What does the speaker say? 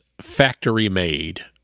factory-made